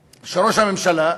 לרמאללה,